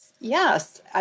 Yes